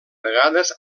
vegades